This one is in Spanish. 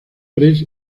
press